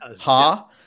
ha